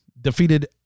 defeated